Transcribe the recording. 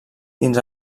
dins